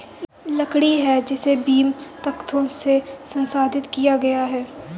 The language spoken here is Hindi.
लकड़ी है जिसे बीम, तख्तों में संसाधित किया गया है